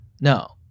No